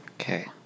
Okay